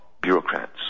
bureaucrats